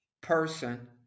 person